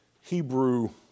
Hebrew